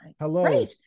hello